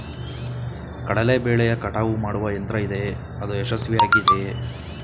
ಕಡಲೆ ಬೆಳೆಯ ಕಟಾವು ಮಾಡುವ ಯಂತ್ರ ಇದೆಯೇ? ಅದು ಯಶಸ್ವಿಯಾಗಿದೆಯೇ?